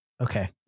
okay